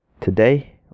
Today